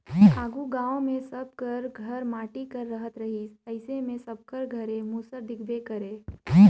आघु गाँव मे सब कर घर माटी कर रहत रहिस अइसे मे सबकर घरे मूसर दिखबे करे